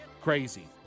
Crazy